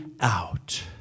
out